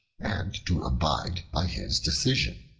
and to abide by his decision.